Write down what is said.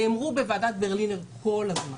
נאמרו בוועדת ברלינר כל הזמן.